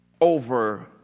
over